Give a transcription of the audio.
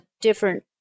different